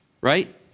right